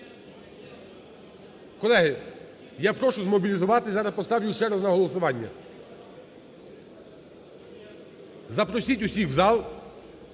Колеги, я прошу змобілізуватися, зараз поставлю ще раз на голосування. Запросіть всіх в зал.